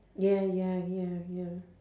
ya ya ya ya